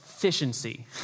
efficiency